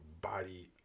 body